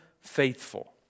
faithful